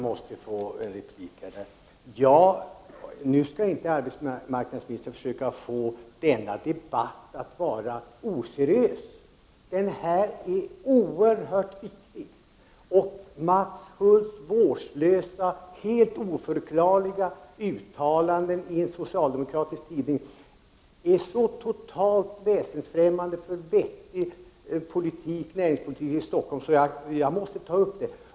Herr talman! Nu skall inte arbetsmarknadsministern försöka få denna debatt att framstå som oseriös. Den här debatten är oerhört viktig. Mats Hulths vårdslösa, helt oförklarliga, uttalande i en socialdemokratisk tidning är så totalt väsensfrämmande för vettig näringspolitik i Stockholm att jag måste få ta upp ämnet.